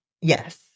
Yes